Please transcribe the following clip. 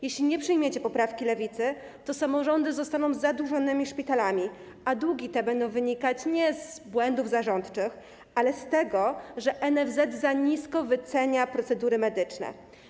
Jeśli nie przyjmiecie poprawki Lewicy, to samorządy zostaną z zadłużonymi szpitalami, a długi będą wynikać nie z błędów zarządczych, ale z tego, że NFZ za nisko wycenia procedury medyczne.